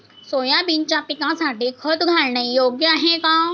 सोयाबीनच्या पिकासाठी खत घालणे योग्य आहे का?